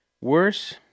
worse